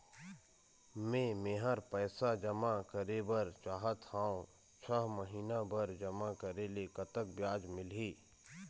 मे मेहर पैसा जमा करें बर चाहत हाव, छह महिना बर जमा करे ले कतक ब्याज मिलही?